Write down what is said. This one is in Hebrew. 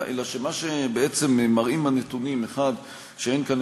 אלא שמה שבעצם מראים הנתונים: 1. שאין כאן